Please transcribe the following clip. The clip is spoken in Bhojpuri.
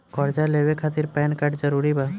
कर्जा लेवे खातिर पैन कार्ड जरूरी बा?